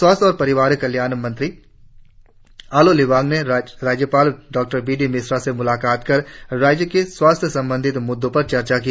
स्वास्थ्य और परिवार कल्याण मंत्री आलो लिबांग ने राज्यपाल डॉ बी डी मिश्रा से मुलाकात कर राज्य के स्वास्थ्य संबंधी मुद्दों पर चर्चा की